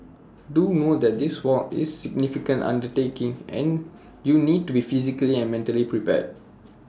do note that this walk is significant undertaking and you need to be physically and mentally prepared